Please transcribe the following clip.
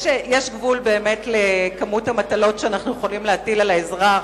יש גבול לכמות המטלות שאנחנו יכולים להטיל על האזרח.